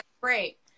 Great